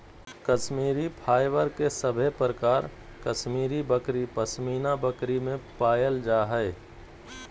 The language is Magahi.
कश्मीरी फाइबर के सभे प्रकार कश्मीरी बकरी, पश्मीना बकरी में पायल जा हय